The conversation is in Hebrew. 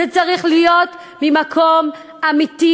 אבל זה צריך להיות ממקום אמיתי,